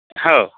हो